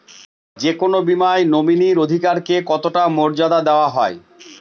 যে কোনো বীমায় নমিনীর অধিকার কে কতটা মর্যাদা দেওয়া হয়?